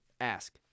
ask